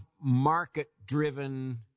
market-driven